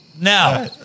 now